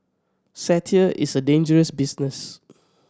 satire is a dangerous business